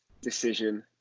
decision